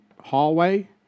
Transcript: hallway